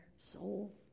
soul